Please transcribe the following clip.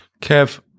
Kev